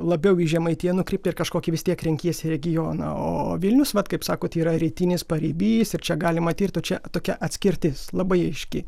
labiau į žemaitiją nukreipta ir kažkokį vis tiek renkiesi regioną o vilnius vat kaip sakot yra rytinis paribys ir čia galima tirti o čia tokia atskirtis labai aiški